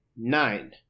nine